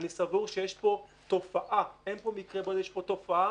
אבל לא, יש גם מידע חדש.